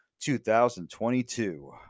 2022